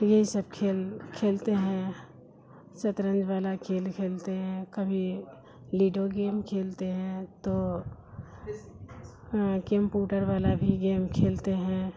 یہ سب کھیل کھیلتے ہیں شطرنج والا کھیل کھیلتے ہیں کبھی لوڈو گیم کھیلتے ہیں تو کمپوٹر والا بھی گیم کھیلتے ہیں